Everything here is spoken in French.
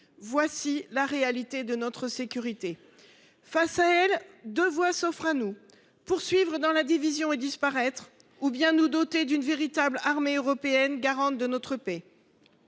est la réalité de notre sécurité. Face à cette situation, deux voies s’offrent à nous : poursuivre dans la division et disparaître, ou bien nous doter d’une véritable armée européenne, garante de notre paix.